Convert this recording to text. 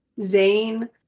Zane